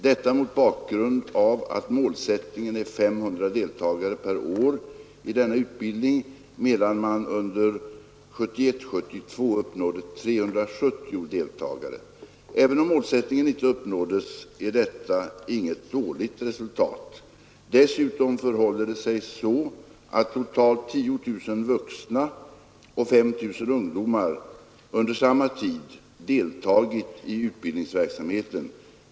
Detta mot bakgrund av att målsättningen är 500 deltagare per år i denna utbildning medan man under 1971/72 uppnådde 370 deltagare. Även om målsättningen inte uppnåddes är detta inget dåligt resultat. Dessutom förhåller det sig så att totalt 10 000 vuxna och 5 000 ungdomar under samma tid deltagit i utbildningsverksamheten.